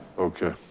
okay.